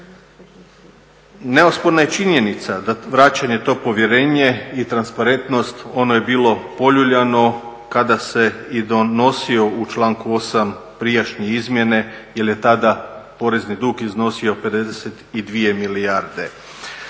Neosporna je činjenica da vraćanje to povjerenje i transparentnost ono je bilo poljuljano kada se i donosio u članku 8.prijašnje izmjene jel je tada porezni dug iznosio 52 milijarde.